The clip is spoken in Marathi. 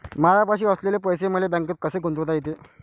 मायापाशी असलेले पैसे मले बँकेत कसे गुंतोता येते?